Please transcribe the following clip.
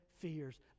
fears